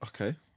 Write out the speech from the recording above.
Okay